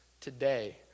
today